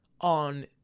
on